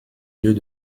yeux